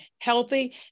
healthy